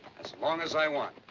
as long as i want.